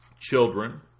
children